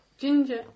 Ginger